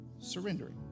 surrendering